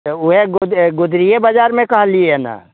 तऽ वएह गुदरीयै बजारमे कहलिए ने